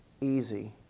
easy